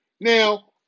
Now